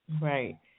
Right